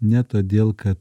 ne todėl kad